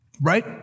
right